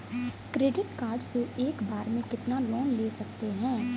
Credit card से एक बार में कितना लोन ले सकते हैं?